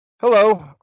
Hello